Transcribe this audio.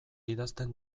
idazten